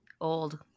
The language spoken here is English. old